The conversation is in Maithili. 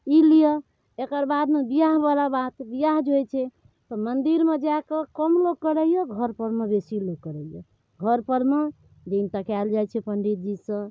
ई लिअ एकरबादमे बिआहवला बात बिआह जे होइ छै तऽ मन्दिरमे जाकऽ कम लोक करै यऽ घरपर मे बेसी लोक करै यऽ घरपर मे दिन तकायल जाइ छै पण्डिजीसँ